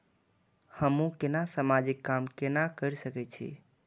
हमू केना समाजिक काम केना कर सके छी?